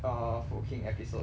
err food king episode